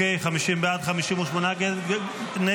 50 בעד, 58 נגד.